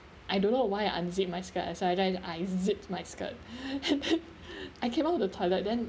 I don't know why I unzip my skirt so I know I zipped my skirt I came out of the toilet then